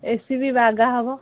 ଏ C B ଠିକ୍ କରାହେବ